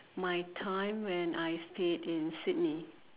my time when I stayed in Sydney